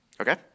Okay